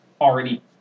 already